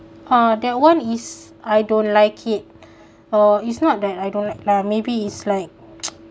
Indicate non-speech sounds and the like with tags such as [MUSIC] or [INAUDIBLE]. uh that one is I don't like it uh it's not that I don't like lah maybe is like [NOISE]